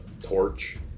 Torch